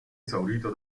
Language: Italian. esaurito